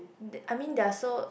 I mean there are so